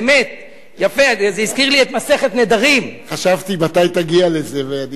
זה הזכיר לי את מסכת נדרים, חשבתי מתי תגיע לזה.